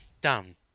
done